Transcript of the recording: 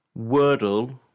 Wordle